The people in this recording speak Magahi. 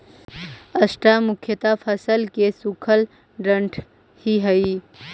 स्ट्रा मुख्यतः फसल के सूखल डांठ ही हई